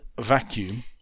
vacuum